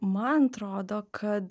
man atrodo kad